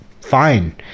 fine